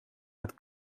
met